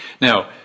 Now